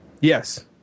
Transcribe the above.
Yes